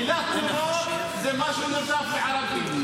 המילה "טרור" זה משהו נרדף לערבי.